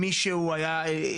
אם מישהו היה,